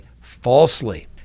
falsely